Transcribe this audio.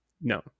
No